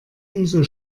umso